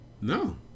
No